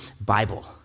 Bible